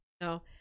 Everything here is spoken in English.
No